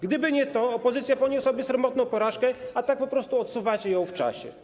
Gdyby nie to, opozycja poniosłaby sromotną porażkę, a tak po prostu odsuwacie ją w czasie.